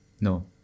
no